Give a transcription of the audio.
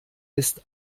ist